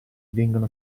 vengano